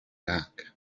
back